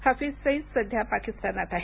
हफीझ सईद सध्या पाकिस्तानात आहे